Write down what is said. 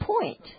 point